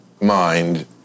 mind